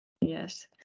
Yes